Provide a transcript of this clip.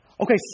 Okay